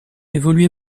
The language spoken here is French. évolué